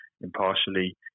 impartially